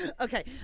Okay